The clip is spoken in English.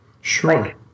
Sure